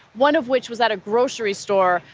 one of which was at a grocery store,